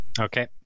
Okay